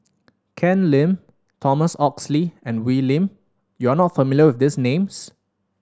Ken Lim Thomas Oxley and Wee Lin you are not familiar with these names